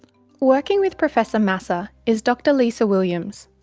working with professor masser is dr lisa williams,